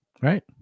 Right